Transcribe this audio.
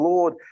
Lord